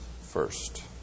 first